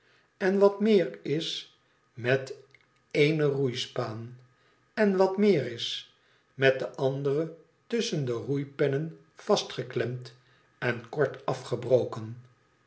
en wat meer is met ééne roeispaan en wat meer is met de andere tusschen de roeipennen vastgeklemd en kort afjebroken